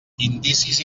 indicis